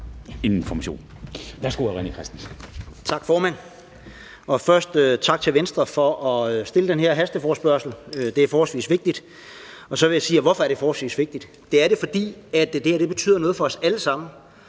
Tak, formand. Først tak til Venstre for at stille denne hasteforespørgsel. Det er forholdsvis vigtigt. Og så vil jeg sige: Hvorfor er det forholdsvis vigtigt? Det er det, fordi det her betyder noget for os alle sammen.